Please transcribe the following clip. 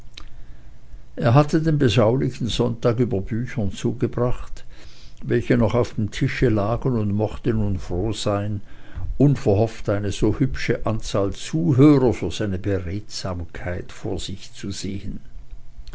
er hatte den beschaulichen sonntag über büchern zugebracht welche noch auf dem tische lagen und mochte nun froh sein unverhofft eine so hübsche anzahl zuhörer für seine beredsamkeit vor sich zu sehen